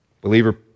Believer